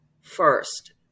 first